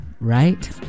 Right